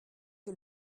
que